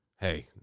hey